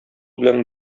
белән